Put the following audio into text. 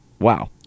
Wow